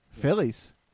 Phillies